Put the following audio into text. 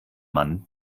mann